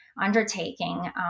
undertaking